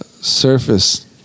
surface